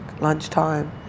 lunchtime